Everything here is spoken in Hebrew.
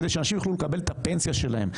כדי שאנשים יוכלו לקבל את הפנסיה שלהם,